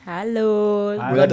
Hello